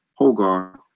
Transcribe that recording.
Hogar